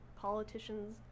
politicians